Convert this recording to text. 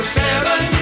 seven